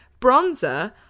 Bronzer